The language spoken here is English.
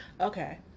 Okay